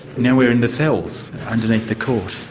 now we're in the cells underneath the court.